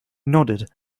nodded